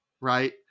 right